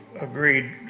agreed